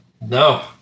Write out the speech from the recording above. no